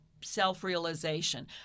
self-realization